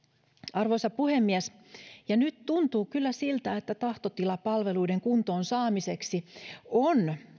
arvoisa puhemies nyt tuntuu kyllä siltä että tahtotila palveluiden kuntoon saamiseksi on